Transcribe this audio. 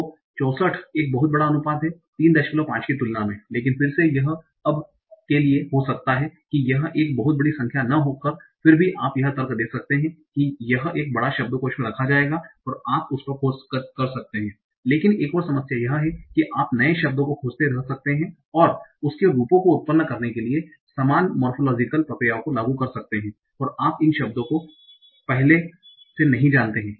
तो 64 एक बहुत बड़ा अनुपात हैं 35 की तुलना में लेकिन फिर से यह अब के लिए हो सकता है कि यह एक बहुत बड़ी संख्या न हो फिर भी आप यह तर्क दे सकते हैं कि यह एक बड़ा शब्दकोष में रखा जाएगा और आप उस पर खोज कर सकते हैं लेकिन एक और समस्या यह है कि आप नए शब्दों को खोजते रह सकते हैं और इसके रूपों को उत्पन्न करने के लिए समान मोरफोलोजीकल प्रक्रियाओं को लागू कर सकते हैं और आप इन शब्दों को पहले से नहीं जानते हैं